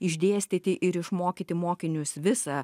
išdėstyti ir išmokyti mokinius visą